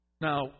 Now